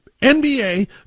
NBA